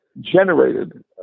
generated